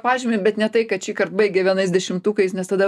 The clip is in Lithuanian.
pažymį bet ne tai kad šįkart baigė vienais dešimtukais nes tada